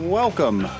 welcome